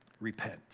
Repent